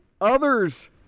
others